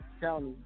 county